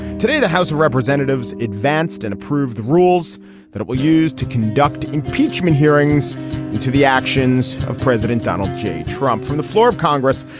today the house of representatives advanced and approved rules that it will use to conduct impeachment hearings into the actions of president donald j. trump from the floor of congress.